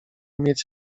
mieć